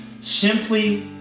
simply